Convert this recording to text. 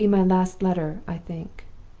it will be my last letter, i think.